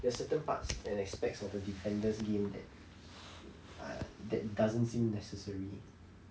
there are certain parts and aspects of a defenders game that uh that doesn't seem necessary